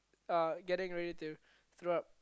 uh getting ready to throw up